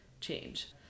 change